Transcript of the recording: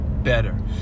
better